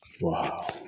wow